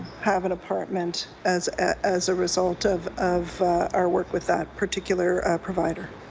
have an apartment as as a result of of our work with that particular provider.